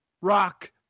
rock